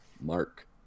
Mark